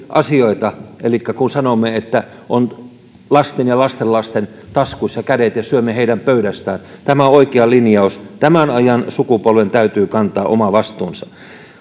niitä asioita elikkä kun sanomme että on lasten ja lastenlasten taskuissa kädet ja syömme heidän pöydästään tämä on oikea linjaus tämän ajan sukupolven täytyy kantaa oma vastuunsa